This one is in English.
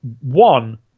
one